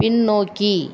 பின்னோக்கி